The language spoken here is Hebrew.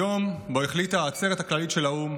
היום שבו החליטה העצרת הכללית של האו"ם